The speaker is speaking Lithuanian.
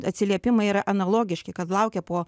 atsiliepimai yra analogiški kad laukia po